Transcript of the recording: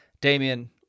Damien